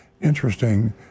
interesting